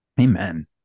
Amen